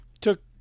took